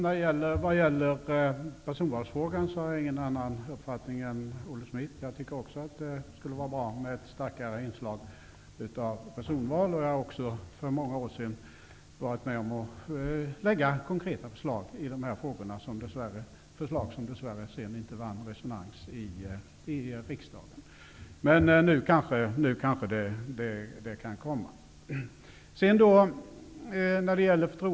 Fru talman! Vad gäller personvalsfrågan har jag ingen annan uppfattning än Olle Schmidt. Jag tycker också att det skulle vara bra med ett starkare inslag av personval. Jag har även för många år sedan varit med om att lägga fram konkreta förslag i de här frågorna, förslag som dess värre sedan inte vann resonans i riksdagen. Men nu kanske de kan komma.